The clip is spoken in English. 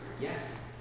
Yes